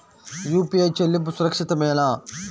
UPI చెల్లింపు సురక్షితమేనా?